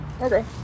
Okay